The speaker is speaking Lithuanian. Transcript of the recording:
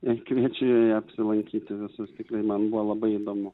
ir kviečiu joje apsilankyti visus tikrai man buvo labai įdomu